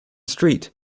street